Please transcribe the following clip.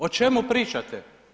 O čemu pričate?